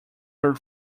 your